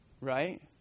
right